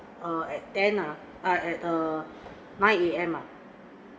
err at ten ah at err nine A_M ah